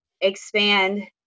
expand